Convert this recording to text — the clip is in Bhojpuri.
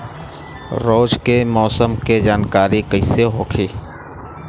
रोज के मौसम के जानकारी कइसे होखि?